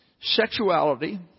sexuality